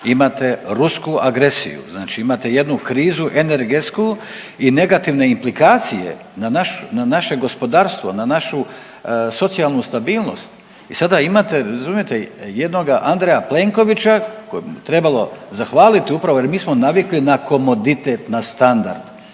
imate rusku agresiju, znači imate jednu krizu energetsku i negativne implikacije na naše gospodarstvo, na našu socijalnu stabilnost i sada imate, razumijete, jednoga Andreja Plenkovića kojem bi trebalo zahvaliti upravo jer mi smo navikli na komoditet, na standard.